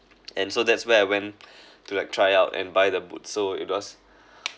and so that's where I went to like try out and buy the boots so it was